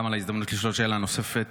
גם על ההזדמנות לשאול שאלה נוספת.